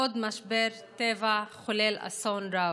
עוד משבר טבע חולל אסון רב.